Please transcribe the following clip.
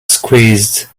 squeezed